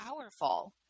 powerful